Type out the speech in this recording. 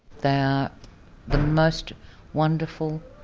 the the most wonderful,